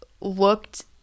looked